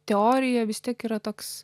teorija vis tiek yra toks